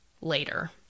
later